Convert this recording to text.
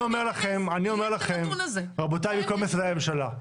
אני אומר לכם רבותיי, לכל משרדי הממשלה,